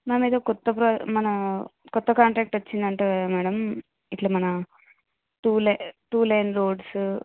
ma'am ఏదో కొత్త ప్రాజె మన కొత్త కాంట్రాక్ట్ వచ్చింది అంట కదా మేడం ఇట్ల మన two lane two lane roads